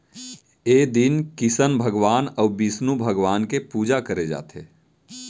ए दिन किसन भगवान अउ बिस्नु भगवान के पूजा करे जाथे